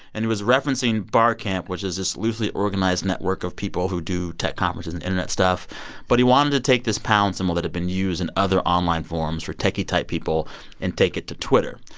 and he was referencing bar camp, which is this loosely organized network of people who do tech conferences and internet stuff but he wanted to take this pound symbol that had been used in other online forums for techie-type people and take it to twitter.